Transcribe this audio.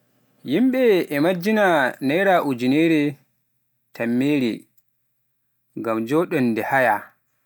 yimbe e majjina naira ujinere tammere ngam joonde haaya.